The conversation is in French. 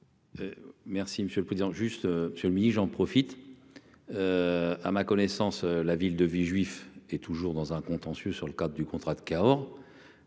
Monsieur le Président, juste sur le midi, j'en profite, à ma connaissance, la ville de Villejuif et toujours dans un contentieux sur le cadre du contrat de Cahors,